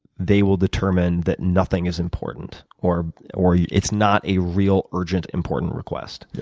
they will determine that nothing is important, or or yeah it's not a real urgent important request. yeah